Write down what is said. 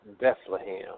Bethlehem